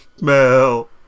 Mel